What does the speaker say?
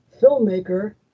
filmmaker